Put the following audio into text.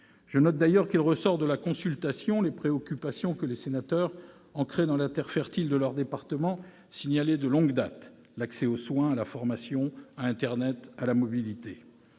Je note d'ailleurs qu'il ressort de la consultation les préoccupations que les sénateurs, ancrés dans la terre fertile de leurs départements, signalaient de longue date, l'accès aux soins, à la formation, à internet, à la mobilité.